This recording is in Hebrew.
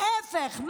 להפך,